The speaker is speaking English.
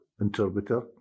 interpreter